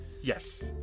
Yes